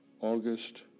August